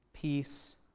peace